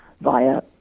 via